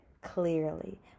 clearly